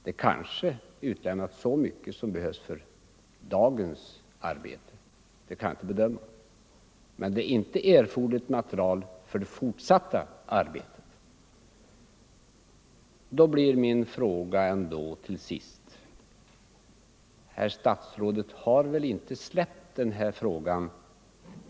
Det kanske har lämnats ut så mycket som behövs för dagens arbete, det kan jag inte bedöma, men det är inte erforderligt material för det fortsatta arbetet. Min fråga blir då: Herr statsrådet har väl inte släppt den här frågan?